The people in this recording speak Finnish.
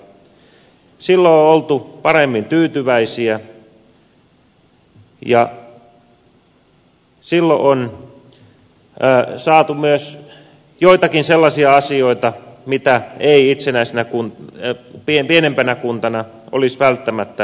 silloin on oltu paremmin tyytyväisiä ja silloin on saatu myös joitakin sellaisia asioita joita ei pienempänä kuntana olisi välttämättä saatu